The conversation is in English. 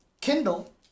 Kindle